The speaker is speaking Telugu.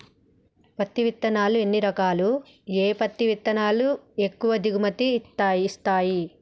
పత్తి విత్తనాలు ఎన్ని రకాలు, ఏ పత్తి విత్తనాలు ఎక్కువ దిగుమతి ని ఇస్తాయి?